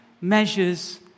measures